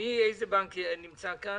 נמצאים